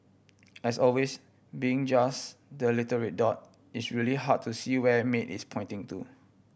as always being just the little red dot it's really hard to see where Maid is pointing to